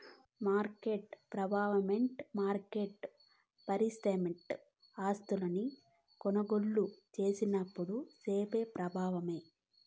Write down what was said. market పెబావమంటే market participant ఆస్తిని కొనుగోలు సేసినప్పుడు సూపే ప్రబావమే